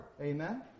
Amen